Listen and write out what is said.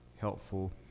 helpful